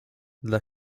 dla